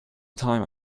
time